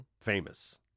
Famous